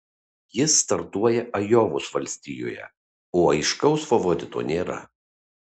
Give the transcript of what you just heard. jis startuoja ajovos valstijoje o aiškaus favorito nėra